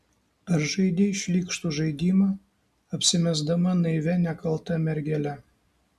ar žaidei šlykštų žaidimą apsimesdama naivia nekalta mergele